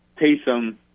Taysom